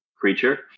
creature